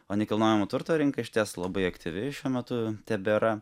o nekilnojamo turto rinka išties labai aktyvi šiuo metu tebėra